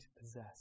possess